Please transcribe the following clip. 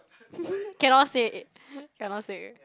cannot say cannot say